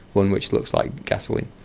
one which looks like gasoline.